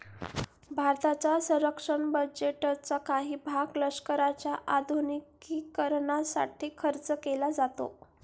भारताच्या संरक्षण बजेटचा काही भाग लष्कराच्या आधुनिकीकरणासाठी खर्च केला जातो